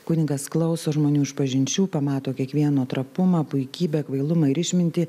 kunigas klauso žmonių išpažinčių pamato kiekvieno trapumą puikybę kvailumą ir išmintį